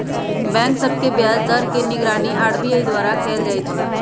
bank सभ के ब्याज दर के निगरानी आर.बी.आई द्वारा कएल जाइ छइ